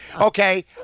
Okay